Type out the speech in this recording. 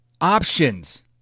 options